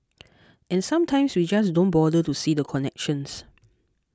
and sometimes we just don't bother to see the connections